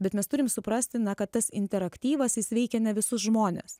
bet mes turim suprasti kad tas interaktyvas jis veikia ne visus žmones